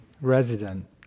resident